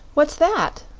what's that?